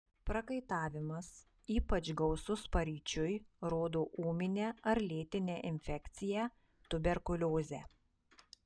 prakaitavimas ypač gausus paryčiui rodo ūminę ar lėtinę infekciją tuberkuliozę